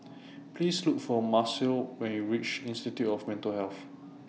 Please Look For Marcel when YOU REACH Institute of Mental Health